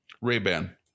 Ray-Ban